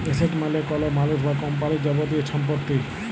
asset মালে কল মালুস বা কম্পালির যাবতীয় ছম্পত্তি